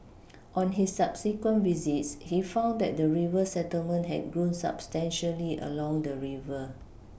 on his subsequent visits he found that the river settlement had grown substantially along the river